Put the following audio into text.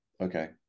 okay